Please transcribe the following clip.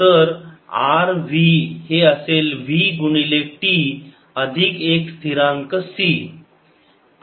तर r v हे असेल V गुणिले t अधिक एक स्थिरांक c